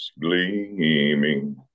gleaming